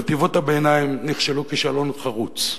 חטיבות הביניים נכשלו כישלון חרוץ.